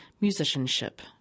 musicianship